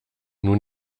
nun